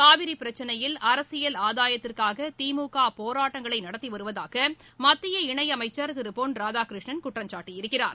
காவிரி பிரச்சினையில் அரசியல் ஆதாயத்திற்காக திமுக பேராட்டங்களை நடத்தி வருவதாக மத்திய இணையமைச்சர் திரு பொன்ராதாகிருஷ்ணன் குற்றம் சாட்டியிருக்கிறார்